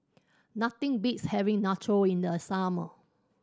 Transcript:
nothing beats having Nacho in the summer